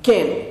כן.